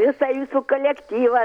visą jūsų kolektyvą